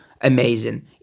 Amazing